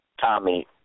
Tommy